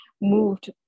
moved